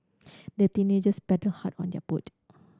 the teenagers paddled hard on their boat